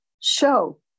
show